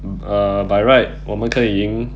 uh by right 我们可以赢